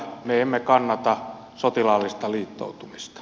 me emme kannata sotilaallista liittoutumista